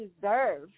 deserve